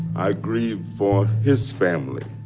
i grieve for his family,